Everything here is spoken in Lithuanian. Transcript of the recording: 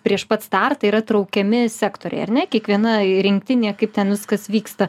prieš pat startą yra traukiami sektoriai ar ne kiekviena rinktinė kaip ten viskas vyksta